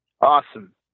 awesome